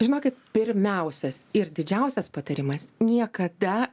žinokit pirmiausias ir didžiausias patarimas niekada